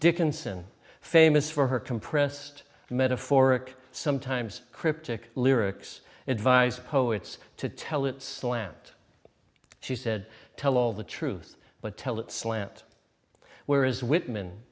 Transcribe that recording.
dickinson famous for her compressed metaphoric sometimes cryptic lyrics advised poets to tell it slant she said tell all the truth but tell it slant where is whitman